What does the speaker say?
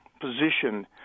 position